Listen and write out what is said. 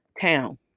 town